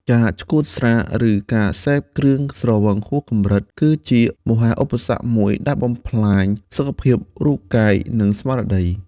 ការឆ្កួតស្រា ឬការសេពគ្រឿងស្រវឹងហួសកម្រិត គឺជាមហាឧបសគ្គមួយដែលបំផ្លាញសុខភាព រូបកាយ និងស្មារតី។